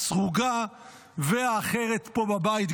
הסרוגה והאחרת פה בבית,